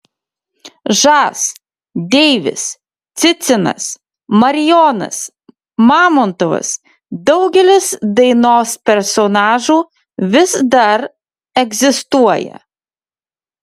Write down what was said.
žas deivis cicinas marijonas mamontovas daugelis dainos personažų vis dar egzistuoja